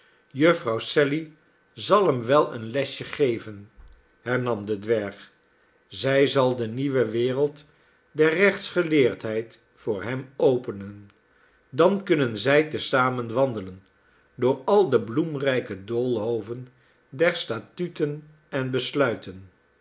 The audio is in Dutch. sally zal hem wel een lesje geven hernam de dwerg zij zal de nieuwe wereld der rechtsgeleerdheid voor hem openen dan kiinnen zij te zamen wandelen door al de bloemrijke doolhoven der statuten en besluiten